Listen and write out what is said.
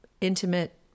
intimate